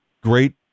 great